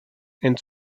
and